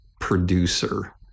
producer